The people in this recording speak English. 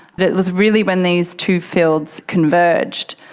but it was really when these two fields converged,